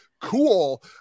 cool